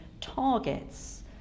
targets